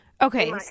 Okay